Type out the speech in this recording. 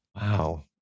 Wow